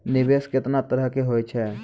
निवेश केतना तरह के होय छै?